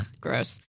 Gross